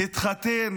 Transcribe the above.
התחתן